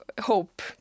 hope